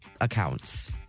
accounts